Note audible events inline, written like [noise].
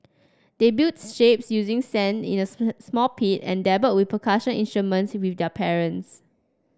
they built shapes using sand in a [unintelligible] small pit and dabbled with percussion instruments with their parents